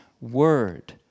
word